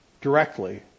directly